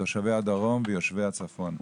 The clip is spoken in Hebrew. תושבי הדרום ויושבי הצפון,